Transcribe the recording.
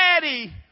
Daddy